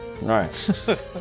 right